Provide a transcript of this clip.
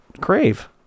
Crave